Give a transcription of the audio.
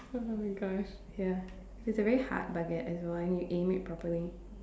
oh my gosh ya it's a very hard baguette as well and you aim it properly